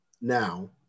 now